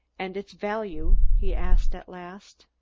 and its value? he asked at last.